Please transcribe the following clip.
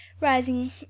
rising